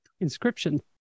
Inscription